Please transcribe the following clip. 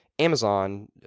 Amazon